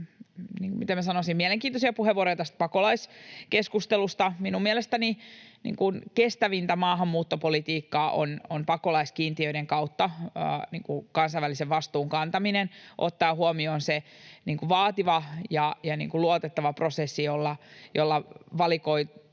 mielenkiintoisia puheenvuoroja tästä pakolaiskeskustelusta. Minun mielestäni kestävintä maahanmuuttopolitiikkaa on pakolaiskiintiöiden kautta kansainvälisen vastuun kantaminen ottaen huomioon se vaativa ja luotettava prosessi, jolla valikoituvat